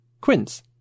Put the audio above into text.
Quince